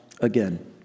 again